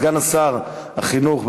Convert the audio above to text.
סגן שר החינוך,